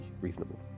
reasonable